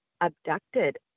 abducted